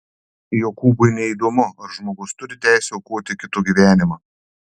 jokūbui neįdomu ar žmogus turi teisę aukoti kito gyvenimą